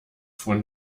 von